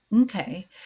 Okay